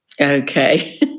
Okay